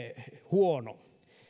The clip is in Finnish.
huono